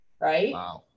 right